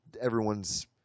everyone's